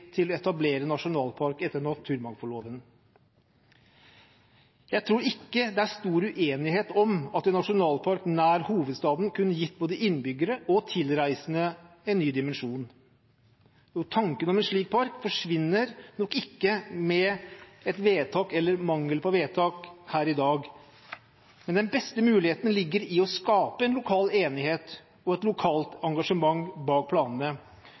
til å etablere en nasjonalpark etter naturmangfoldloven. Jeg tror ikke det er stor uenighet om at en nasjonalpark nær hovedstaden kunne gitt både innbyggere og tilreisende en ny dimensjon. Tankene om en slik park forsvinner nok ikke med et vedtak, eller mangel på vedtak, her i dag, men den beste muligheten ligger i å skape en lokal enighet og et lokalt engasjement bak planene.